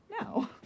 No